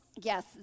yes